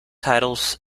titles